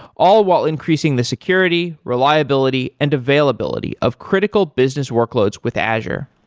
all while increasing the security, reliability and availability of critical business workloads with azure.